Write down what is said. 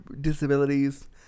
disabilities